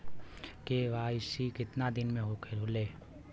KYC कितना दिन में होले?